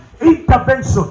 intervention